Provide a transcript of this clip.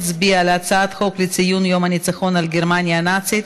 הצעת חוק יום הניצחון על גרמניה הנאצית,